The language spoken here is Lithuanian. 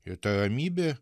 ir ta ramybė